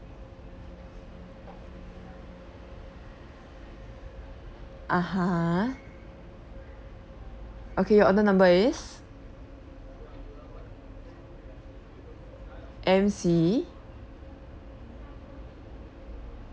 (uh huh) okay your order number is M_C